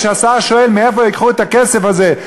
וכשהשר שואל מאיפה ייקחו את הכסף הזה,